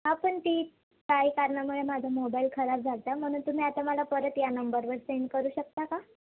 पण ती काही कारणामुळे माझा मोबाईल खराब झाला होता म्हणून तुम्ही आता मला परत या नंबरवर सेंड करू शकता का